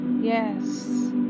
yes